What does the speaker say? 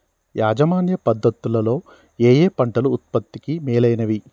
యాజమాన్య పద్ధతు లలో ఏయే పంటలు ఉత్పత్తికి మేలైనవి?